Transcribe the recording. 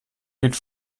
geht